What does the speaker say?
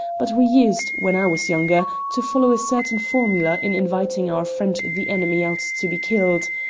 but we used, when i was younger, to follow a certain formula in inviting our friend the enemy out to be killed.